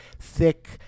Thick